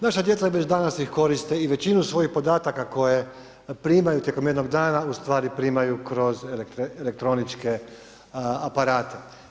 Naša djeca već danas ih koriste i većinu svojih podataka koje primaju tijekom jednog dana, u stvari primaju kroz elektroničke aparate.